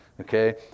okay